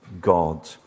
God